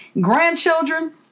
grandchildren